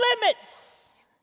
limits